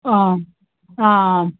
आं आं